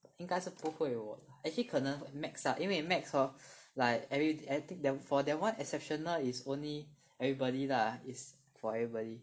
应该是不会我 actually 可能 max lah 因为 max hor like every I think for that one exceptional is only everybody lah is for everybody